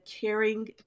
Caring